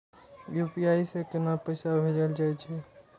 UPI से केना पैसा भेजल जा छे?